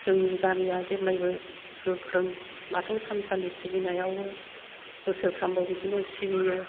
जोंनि गामिया जेब्लायबो गोख्रों बाथौ थानसालि सिबिनायावबो बोसोरफ्रामबो बिदिनो सिबियो